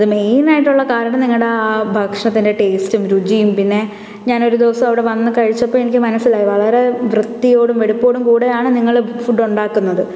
അത് മെയിനായിട്ടുള്ള കാരണം നിങ്ങളുടെ ആ ഭക്ഷണത്തിന്റെ ടേസ്റ്റും രുചിയും പിന്നെ ഞാനൊരു ദിവസം അവിടെ വന്നു കഴിച്ചപ്പോള് എനിക്ക് മനസിലായി വളരെ വൃത്തിയോടും വെടിപ്പോടും കൂടെയാണ് നിങ്ങള് ഫുഡ് ഉണ്ടാക്കുന്നത്